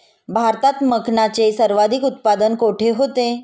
भारतात मखनाचे सर्वाधिक उत्पादन कोठे होते?